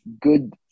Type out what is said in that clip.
good